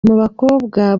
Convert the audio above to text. bakobwa